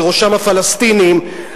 ובראשם הפלסטינים,